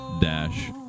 Dash